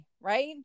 right